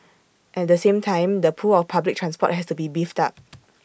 at the same time the pull of public transport has to be beefed up